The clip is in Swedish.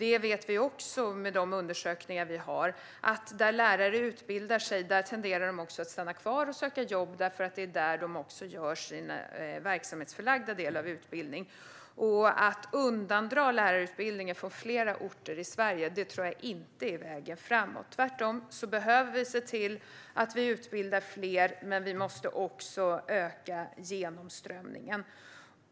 Vi vet också av de undersökningar vi har gjort att där lärare utbildar sig tenderar de att stanna kvar och söka jobb därför att det är där de gör sin verksamhetsförlagda del av utbildningen. Att undandra lärarutbildningen från flera orter i Sverige tror jag inte är vägen framåt. Tvärtom behöver vi se till att vi utbildar fler, men vi måste också öka genomströmningen.